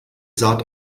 saat